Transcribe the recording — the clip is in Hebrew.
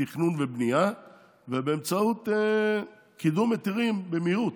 תכנון ובנייה ובאמצעות קידום היתרים במהירות,